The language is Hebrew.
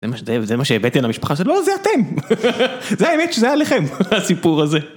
זה מה שהבאתי על המשפחה, לא זה אתם, זה האמת שזה היה עליכם הסיפור הזה.